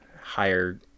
higher